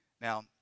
Now